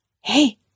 Hey